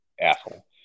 Asshole